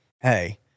Hey